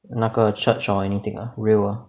那个 church or anything ah rio ah